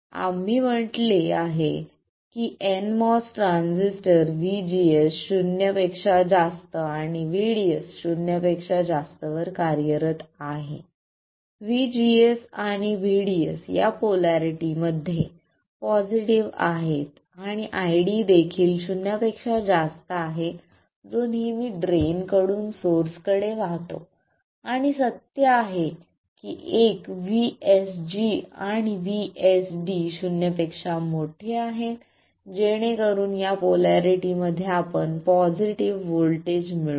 आम्ही म्हटले आहे की nMOS ट्रान्झिस्टर VGS शून्यापेक्षा जास्त आणि VDS शून्यापेक्षा जास्तवर कार्यरत आहे VGS आणि VDS या पोलॅरिटी मध्ये पॉसिटीव्ह आहेत आणि ID देखील शून्यापेक्षा जास्त आहे जो नेहमी ड्रेन कडून सोर्स कडे वाहतो आणि सत्य आहे की एक VSG आणि VSD शून्यापेक्षा मोठे आहेत जेणेकरून या पोलॅरिटी मध्ये आपण पॉसिटीव्ह व्होल्टेज मिळवू